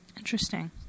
Interesting